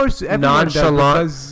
nonchalant